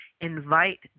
invite